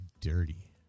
dirty